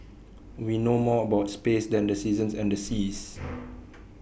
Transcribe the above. we know more about space than the seasons and the seas